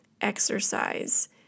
exercise